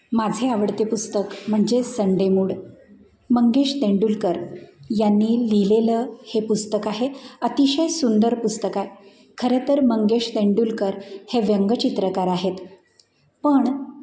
माझे आवडते पुस्तक म्हणजे संडे मूड मंगेश तेंडुलकर यांनी लिहिलेलं हे पुस्तक आहे अतिशय सुंदर पुस्तक आहे खरं तर मंगेश तेंडुलकर हे व्यंगचित्रकार आहेत पण